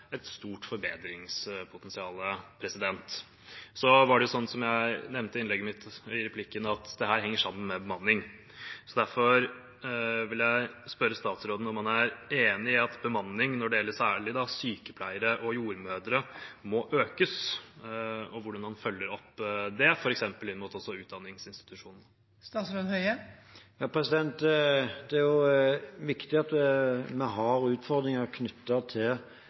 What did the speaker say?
et stort forbedringspotensial. Som jeg nevnte i replikken min, henger dette sammen med bemanning. Derfor vil jeg spørre statsråden: Er han enig i at bemanningen når det gjelder særlig sykepleiere og jordmødre, må økes? Hvordan følger han opp det, f.eks. inn mot også utdanningsinstitusjoner? Det er riktig at vi har utfordringer knyttet til